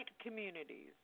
communities